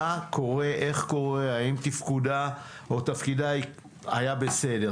מה קורה, איך קורה, אם תפקודה היה בסדר.